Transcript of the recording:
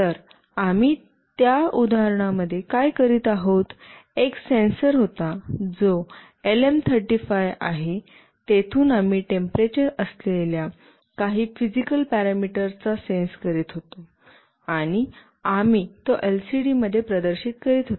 तर आम्ही त्या उदाहरणामध्ये काय करीत आहोत एक सेन्सर होता जो एलएम 35 आहे तेथून आम्ही टेम्परेचर असलेल्या काही फिजिकल पॅरामीटर चा सेन्स करीत होतो आणि आम्ही तो एलसीडीमध्ये प्रदर्शित करीत होतो